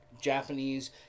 Japanese